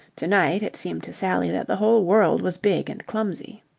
to-night it seemed to sally that the whole world was big and clumsy.